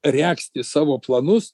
regzti savo planus